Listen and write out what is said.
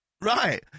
Right